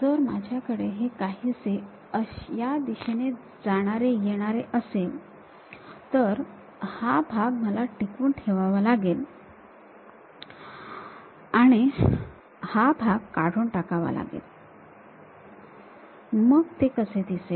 जर माझ्याकडे हे काहीसे असे या दिशेने जाणारे येणारे असेल तर हा भाग मला टिकवून ठेवावा लागेल आणि हा भाग काढून टाकावा लागेल मग ते कसे दिसेल